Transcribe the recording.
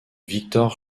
victor